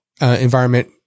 environment